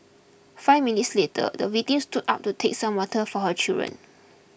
five minutes later the victim stood up to take some water for her children